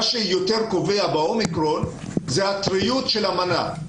מה שיותר קובע באומיקרון, זה הטריות של המנה.